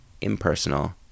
impersonal